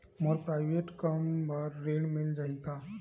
मोर private कम बर ऋण मिल जाही का?